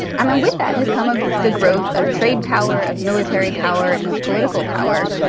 i mean, with that has come a the growth of trade power, of military power and of political power.